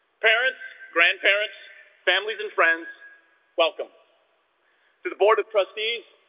parents grandparents families and friends welcome to the board of trustees